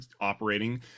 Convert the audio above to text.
operating